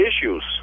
issues